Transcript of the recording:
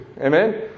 amen